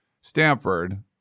Stanford